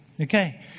okay